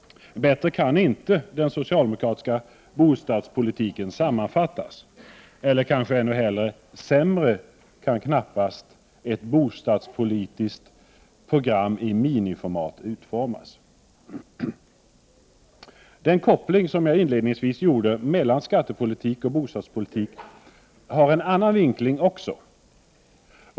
Bättre kan inte den socialdemokratiska bostadspolitiken sammanfattas. Eller kanske hellre, sämre kan knappast ett bostadspolitiskt program i miniformat utformas. Den koppling jag inledningsvis gjorde mellan skattepolitik och bostadspolitik har också en annan vinkling.